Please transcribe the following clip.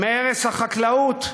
מהרס החקלאות?